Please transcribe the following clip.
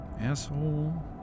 asshole